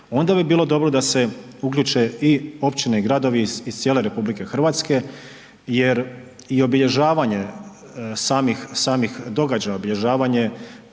onda bi bilo dobro da se uključe i općine i gradovi iz cijele RH jer i obilježavanje samih, samih događaja, obilježavanje